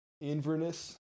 Inverness